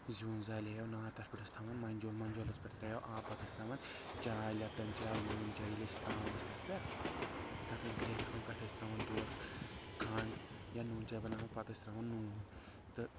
زیُن زالہِ ہے نار تتھ پٮ۪ٹھ ٲسۍ تھاوان منجول منجولس پٮ۪ٹھ تھیو آب پتہٕ ٲسۍ ترٛاوان چاے لیپٹن چاے نوٗن چاے ییٚلہِ أسۍ ترٛاوان ٲسۍ تتھ پٮ۪ٹھ تتھ ٲسۍ گریکھ کھسان پٮ۪ٹھٕ ٲسۍ تراوان دۄد کھنٛڈ یا نوٗن چاے بناوان پتہٕ ٲسۍ ترٛاوان نوٗن تہٕ